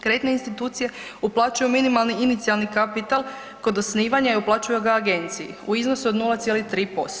Kreditne institucije uplaćuju minimalni inicijalni kapital kod osnivanja i uplaćuju ga agenciji u iznosu od 0,3%